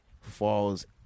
falls